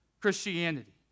Christianity